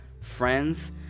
friends